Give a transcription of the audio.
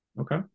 Okay